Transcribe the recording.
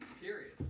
Period